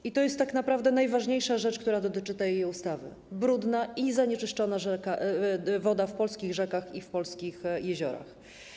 I to jest tak naprawdę najważniejsza rzecz, która dotyczy tej ustawy: brudna i zanieczyszczona woda w polskich rzekach i w polskich jeziorach.